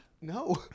no